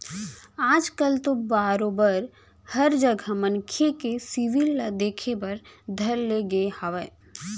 आज कल तो बरोबर हर जघा मनखे के सिविल ल देखे बर धर ले गे हावय